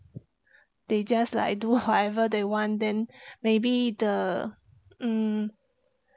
they just like do however they want then maybe the mm